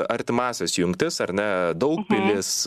artimąsias jungtis ar ne daugpilis